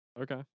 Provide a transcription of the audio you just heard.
Okay